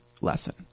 lesson